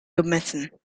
gemessen